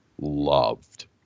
loved